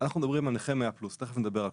אנחנו מדברים על נכה 100+. תכף נדבר על